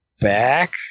back